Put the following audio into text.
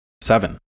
seven